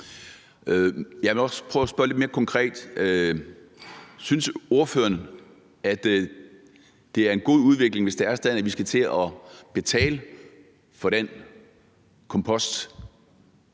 Jeg vil også prøve at spørge lidt mere konkret: Synes ordføreren, at det er en god udvikling, hvis det er sådan, at vi skal til at betale for den kompost,